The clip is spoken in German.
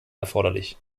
erforderlich